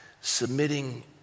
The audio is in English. submitting